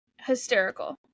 hysterical